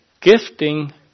gifting